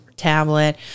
tablet